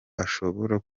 ashobora